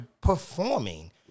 performing